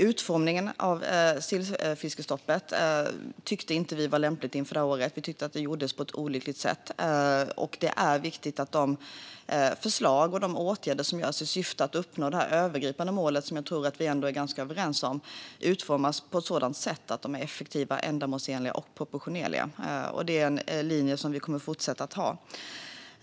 Utformningen av sillfiskestoppet tyckte vi inte var lämplig inför det här året, utan vi tyckte att det utformades på ett olyckligt sätt. Det är viktigt att de förslag och åtgärder som vidtas i syfte att uppnå det övergripande målet utformas på ett sådant sätt att de är effektiva, ändamålsenliga och proportionerliga. Det är en linje som vi kommer att fortsätta att ha.